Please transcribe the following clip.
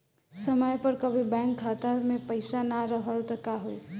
समय पर कभी बैंक खाता मे पईसा ना रहल त का होई?